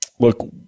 Look